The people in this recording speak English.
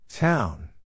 Town